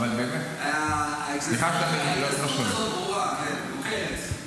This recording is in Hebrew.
אבל באמת --- ההתנשאות הזאת ברורה, היא מוכרת.